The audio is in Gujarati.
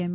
એમ